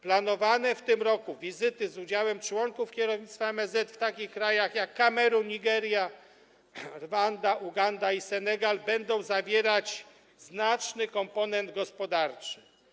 Planowane w tym roku wizyty z udziałem członków kierownictwa MSZ w takich krajach, jak: Kamerun, Nigeria, Rwanda, Uganda i Senegal, będą zawierać znaczny komponent gospodarczy.